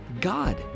God